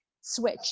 switch